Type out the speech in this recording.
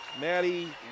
Maddie